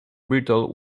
brittle